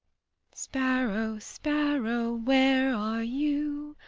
sparrow, sparrow, where are you?